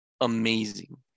amazing